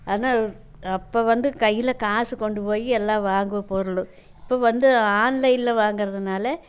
ஆனால் அப்போ வந்து கையில் காசு கொண்டு போய் எல்லாம் வாங்குவோம் பொருள் இப்போ வந்து ஆன்லைன்ல வாங்குகிறதுனால